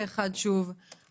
שוב פה אחד.